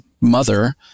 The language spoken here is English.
mother